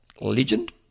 legend